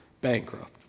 bankrupt